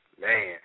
man